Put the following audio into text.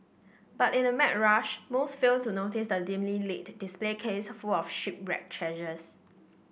but in the mad rush most fail to notice the dimly lit display case full of shipwreck treasures